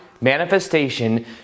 manifestation